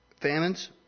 Famines